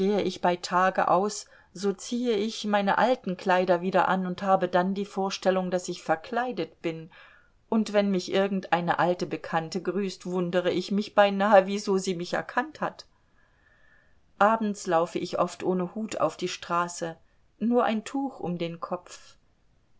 ich bei tage aus so ziehe ich meine alten kleider wieder an und habe dann die vorstellung daß ich verkleidet bin und wenn mich irgend eine alte bekannte grüßt wundere ich mich beinahe wieso sie mich erkannt hat abends laufe ich oft ohne hut auf die straße nur ein tuch um den kopf